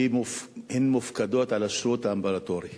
מופקדות על השירות האמבולטורי